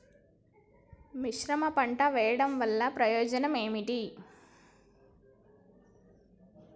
మిశ్రమ పంట వెయ్యడం వల్ల ప్రయోజనం ఏమిటి?